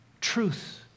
Truth